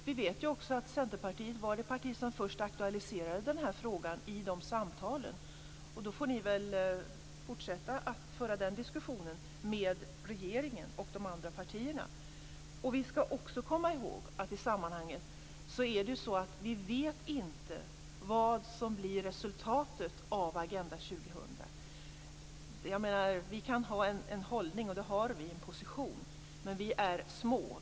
Vi vet ju att Centerpartiet var det parti som först aktualiserade den här frågan i de samtalen, och då får väl ni i Centerpartiet fortsätta föra den diskussionen med regeringen och de andra partierna. Vi skall också komma ihåg att i sammanhanget är det så att vi inte vet vad som blir resultatet av Agenda 2000. Vi kan ha en hållning och en position, och det har vi, men vi är små.